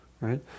right